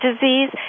disease